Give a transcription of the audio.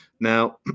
Now